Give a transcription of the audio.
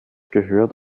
gehört